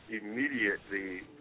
immediately